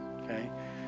okay